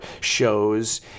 shows